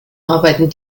arbeiten